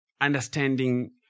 understanding